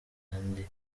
kandi